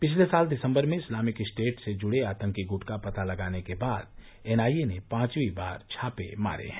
पिछले साल दिसम्बर में इस्लामिक स्टेट से जुड़े आतंकी गुट का पता लगाने के बाद एनआईए ने पांचवीं बार छापे मारे हैं